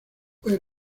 fue